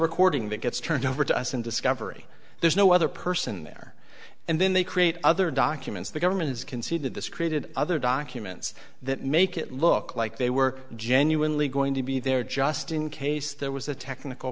recording that gets turned over to us and discovery there's no other person there and then they create other documents the government has conceded this created other documents that make it look like they were genuinely going to be there just in case there was a technical